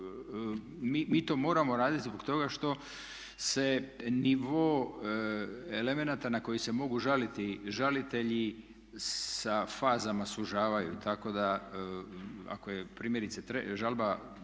mi to moramo raditi zbog toga što se nivo elemenata na koji se mogu žaliti žalitelji sa fazama sužavaju. Tako da ako je primjerice žalba